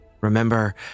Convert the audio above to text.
Remember